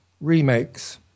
remakes